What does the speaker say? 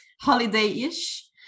holiday-ish